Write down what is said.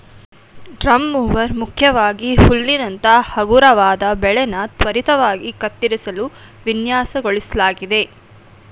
drum mower ಮುಖ್ಯವಾಗಿ ಹುಲ್ಲಿನಂತ ಹಗುರವಾದ ಬೆಳೆನ ತ್ವರಿತವಾಗಿ ಕತ್ತರಿಸಲು ವಿನ್ಯಾಸಗೊಳಿಸ್ಲಾಗಿದೆ